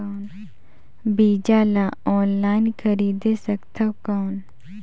बीजा ला ऑनलाइन खरीदे सकथव कौन?